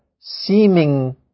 seeming